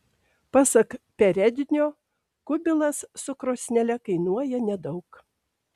pasak perednio kubilas su krosnele kainuoja nedaug